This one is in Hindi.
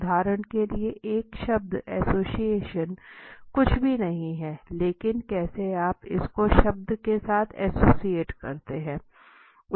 उदाहरण के लिए शब्द एसोसिएशन कुछ भी नहीं है लेकिन कैसे आप इसको शब्द के साथ एसोसिएट करते हैं